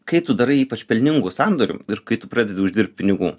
kai tu darai ypač pelningų sandorių ir kai tu pradedi uždirbt pinigų